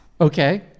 okay